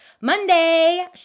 Monday